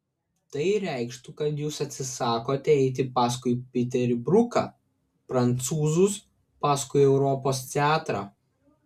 tai reikštų kad jūs atsisakote eiti paskui piterį bruką prancūzus paskui europos teatrą